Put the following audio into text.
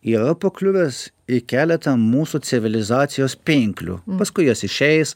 yra pakliuvęs į keletą mūsų civilizacijos pinklių paskui jos išeis